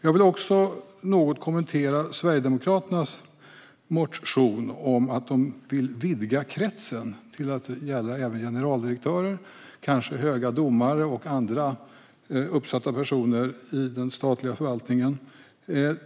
Jag vill också något kommentera Sverigedemokraternas motion. De vill vidga kretsen till att även gälla generaldirektörer och kanske höga domare och andra uppsatta personer i den statliga förvaltningen.